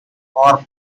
nor